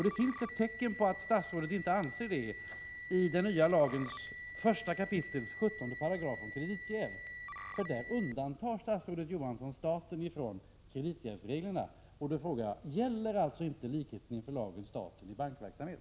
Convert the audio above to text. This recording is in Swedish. Det finns i den nya lagens första kapitel 17 § ett tecken på att statsrådet inte anser det. Där undantar statsrådet nämligen staten från kreditjävsreglerna. Gäller alltså inte principen om likhet inför lagen staten i bankverksamhet?